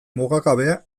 mugagabea